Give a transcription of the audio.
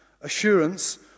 assurance